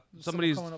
somebody's